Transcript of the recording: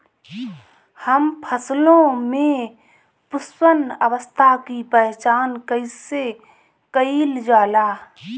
हम फसलों में पुष्पन अवस्था की पहचान कईसे कईल जाला?